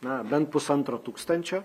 na bent pusantro tūkstančio